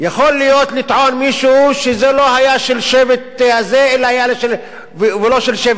יכול מישהו לטעון שזה לא היה של שבט זה ולא של שבט זה.